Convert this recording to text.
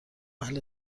اهل